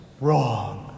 wrong